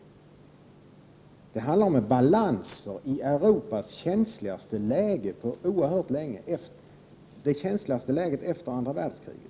Det handlar om en balans i Europas känsligaste läge på oerhört länge, det känsligaste läget efter andra världskriget.